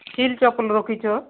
heel ଚପଲ ରଖିଛ